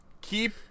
Keep